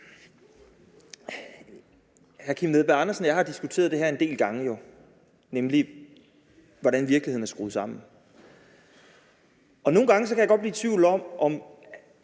jeg har jo diskuteret det her en del gange, nemlig hvordan virkeligheden er skruet sammen. Nogle gange kan jeg godt blive i tvivl om,